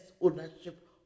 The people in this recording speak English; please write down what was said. ownership